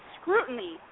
scrutiny